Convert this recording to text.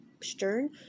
stern